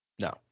No